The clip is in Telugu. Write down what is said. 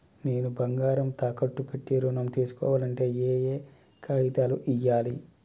నేను బంగారం తాకట్టు పెట్టి ఋణం తీస్కోవాలంటే ఏయే కాగితాలు ఇయ్యాలి?